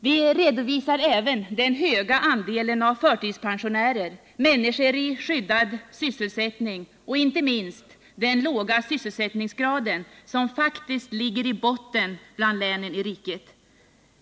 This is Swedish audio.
Vi redovisar även den höga andelen av förtidspensionärer, människor i skyddad sysselsättning och inte minst den låga sysselsättningsgraden, som där faktiskt ligger i botten bland länen i riket.